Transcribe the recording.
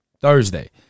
Thursday